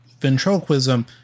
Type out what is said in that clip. ventriloquism